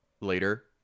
later